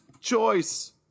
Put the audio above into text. choice